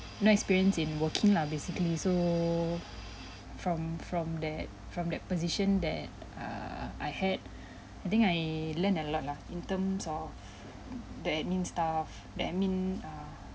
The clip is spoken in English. no experience in working lah basically so so from from that from that position that (err)I had I think I learn a lot lah in terms of the admin stuff the admin err